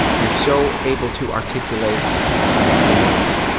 you're so able to articulate your feelings,